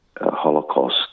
Holocaust